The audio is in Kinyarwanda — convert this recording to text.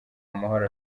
amahoro